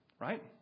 Right